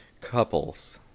couples